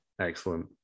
Excellent